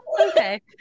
okay